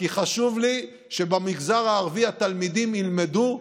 כי חשוב לי שבמגזר הערבי התלמידים ילמדו ויחכימו,